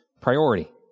priority